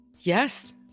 Yes